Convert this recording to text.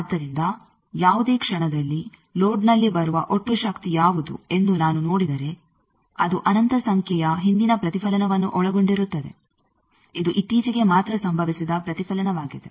ಆದ್ದರಿಂದ ಯಾವುದೇ ಕ್ಷಣದಲ್ಲಿ ಲೋಡ್ನಲ್ಲಿ ಬರುವ ಒಟ್ಟು ಶಕ್ತಿ ಯಾವುದು ಎಂದು ನಾನು ನೋಡಿದರೆ ಅದು ಅನಂತ ಸಂಖ್ಯೆಯ ಹಿಂದಿನ ಪ್ರತಿಫಲನವನ್ನು ಒಳಗೊಂಡಿರುತ್ತದೆ ಇದು ಇತ್ತೀಚಿಗೆ ಮಾತ್ರ ಸಂಭವಿಸಿದ ಪ್ರತಿಫಲನವಾಗಿದೆ